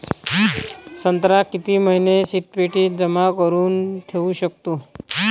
संत्रा किती महिने शीतपेटीत जमा करुन ठेऊ शकतो?